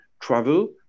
travel